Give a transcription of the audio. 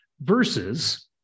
versus